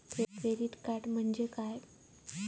Credit card म्हटल्या काय?